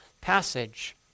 passage